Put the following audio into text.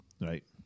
Right